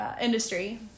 industry